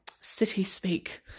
city-speak